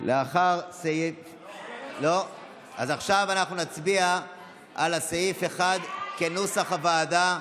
אז עכשיו אנחנו נצביע על סעיף 1, כנוסח הוועדה,